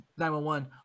911